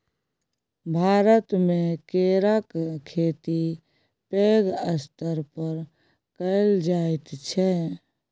भारतमे केराक खेती पैघ स्तर पर कएल जाइत छै